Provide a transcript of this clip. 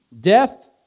death